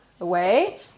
away